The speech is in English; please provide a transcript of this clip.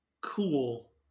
Cool